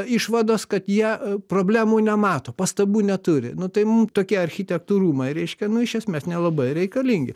išvados kad jie problemų nemato pastabų neturi nu tai mum tokie architektų rūmai reiškia nu iš esmės nelabai reikalingi